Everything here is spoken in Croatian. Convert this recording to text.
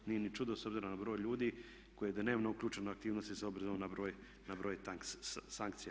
Nije ni čudo s obzirom na broj ljudi koji je dnevno uključeno u aktivnosti s obzirom na broj sankcija.